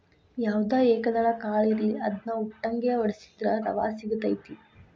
ಯಾವ್ದ ಏಕದಳ ಕಾಳ ಇರ್ಲಿ ಅದ್ನಾ ಉಟ್ಟಂಗೆ ವಡ್ಸಿದ್ರ ರವಾ ಸಿಗತೈತಿ